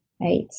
right